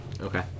Okay